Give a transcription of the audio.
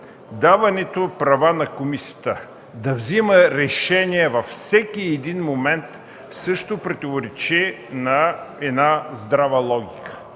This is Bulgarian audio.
даването на права на комисията да взема решения във всеки един момент също противоречи на една здрава логика.